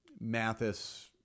Mathis